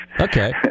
Okay